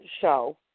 show